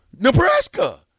Nebraska